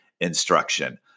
instruction